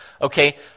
Okay